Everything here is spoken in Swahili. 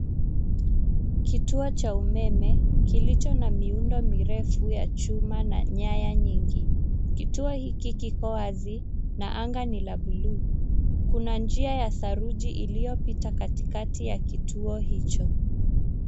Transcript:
Kituo cha umeme kilicho na miundo mirefu ya chuma na nyaya nyingi. Kituo hiki kiko wazi na anga ni la buluu. Kuna njia ya saruji iliyopita katikati ya kituo hicho.